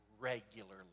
regularly